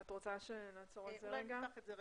אני מציעה שנפתח את זה.